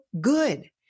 good